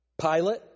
Pilate